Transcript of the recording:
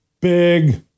big